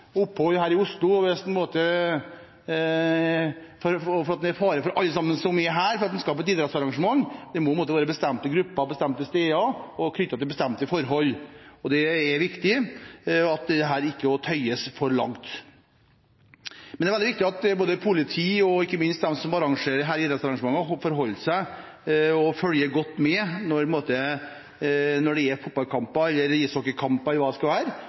opphold her i Oslo fordi det innebærer en fare for alle som er her, at han skal på et idrettsarrangement. Det må være bestemte grupper og bestemte steder og knyttet til bestemte forhold. Det er viktig at dette ikke tøyes for langt. Men det er veldig viktig at både politiet og ikke minst de som arrangerer, følger godt med når det er fotballkamper eller ishockeykamper eller hva det skulle være, og at det